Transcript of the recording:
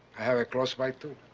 have it close by too.